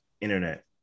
internet